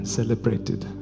celebrated